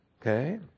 Okay